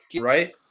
right